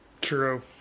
True